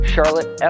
Charlotte